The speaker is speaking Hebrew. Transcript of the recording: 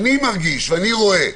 אני מרגיש ורואה,